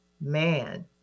man